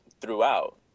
throughout